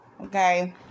Okay